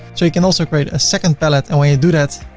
so you can also create a second pallet and when you do that,